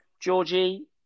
Georgie